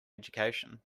education